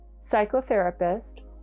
psychotherapist